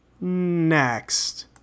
Next